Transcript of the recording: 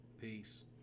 Peace